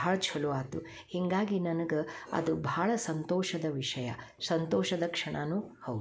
ಭಾಳ ಛಲೋ ಆತು ಹೀಗಾಗಿ ನನಗೆ ಅದು ಭಾಳ ಸಂತೋಷದ ವಿಷಯ ಸಂತೋಷದ ಕ್ಷಣಾನು ಹೌದು